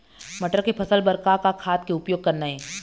मटर के फसल बर का का खाद के उपयोग करना ये?